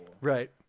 Right